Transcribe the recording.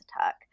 attack